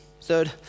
Third